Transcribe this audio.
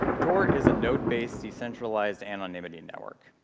tor is a node-based, decentralized anonymity and network.